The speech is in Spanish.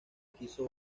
quiso